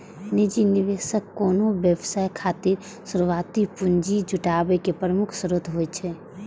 निजी निवेशक कोनो व्यवसाय खातिर शुरुआती पूंजी जुटाबै के प्रमुख स्रोत होइ छै